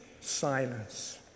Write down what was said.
silence